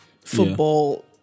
football